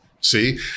See